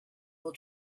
will